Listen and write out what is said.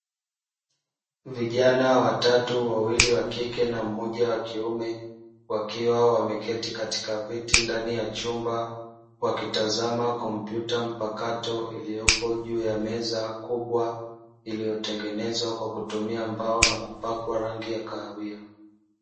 Vijana watatu wawili wa kike na mmoja wa kiume wakiwa wameketi katika viti ndani ya chumba, wakitazama kompyuta mpakato iliyopo juu ya meza kubwa iliyotengenezwa kwa kutumia mbao na kupakwa rangi ya kahawia.